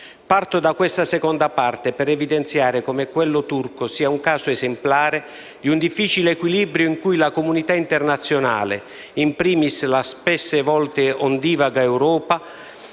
Parto da questa seconda parte per evidenziare come quello turco sia un caso esemplare di un difficile equilibrio in cui la comunità internazionale, *in primis* la spesse volte ondivaga Europa,